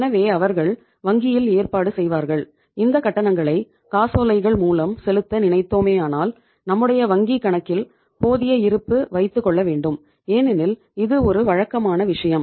எனவே அவர்கள் வங்கியில் ஏற்பாடு செய்வார்கள் இந்த கட்டணங்களை காசோலைகள் மூலம் செலுத்த நினைத்தோமானால் நம்முடைய வங்கிக் கணக்கில் போதிய இருப்பு வைத்துக்கொள்ளவேண்டும் ஏனெனில் இது ஒரு வழக்கமான விஷயம்